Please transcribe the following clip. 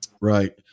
Right